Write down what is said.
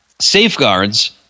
safeguards